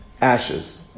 ashes